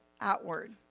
outward